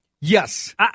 Yes